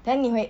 then 你会